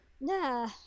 Nah